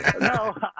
No